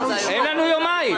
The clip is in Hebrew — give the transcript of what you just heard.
אין לנו יומיים.